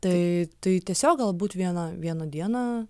tai tai tiesiog galbūt vieną vieną dieną